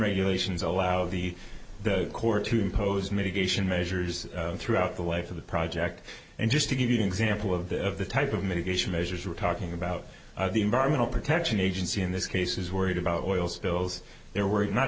regulations allow the the court to impose mitigation measures throughout the life of the project and just to give you an example of the of the type of mitigation measures we're talking about the environmental protection agency in this case is worried about oil spills they're worried not